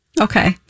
Okay